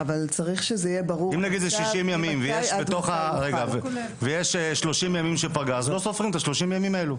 אם זה 60 ימים ויש 30 ימי פגרה אז לא סופרים את 30 הימים האלו.